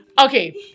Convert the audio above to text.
Okay